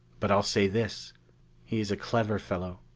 but i'll say this he's a clever fellow,